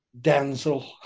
Denzel